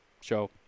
show